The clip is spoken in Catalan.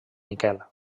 miquel